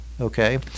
Okay